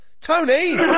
Tony